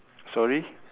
sorry